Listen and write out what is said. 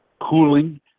cooling